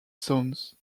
zones